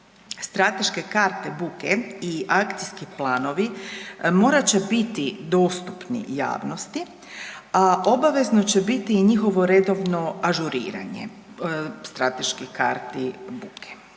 Strateške karte buke i akcijski planovi morat će biti dostupni javnosti, a obavezno će biti i njihovo redovno ažuriranje, strateških karti buke.